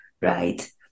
right